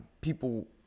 people